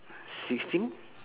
sixteen